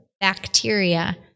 bacteria